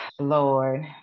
Lord